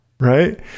Right